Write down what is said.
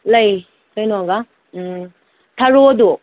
ꯂꯩ ꯀꯩꯅꯣꯒ ꯎꯝ ꯊꯔꯣꯗꯣ